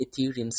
Ethereum's